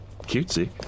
Cutesy